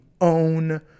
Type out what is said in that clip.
own